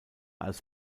als